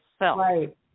Right